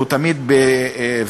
שהוא תמיד מהאופוזיציה,